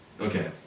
okay